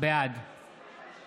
בעד